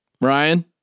Ryan